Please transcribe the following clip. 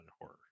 horror